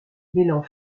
mêlant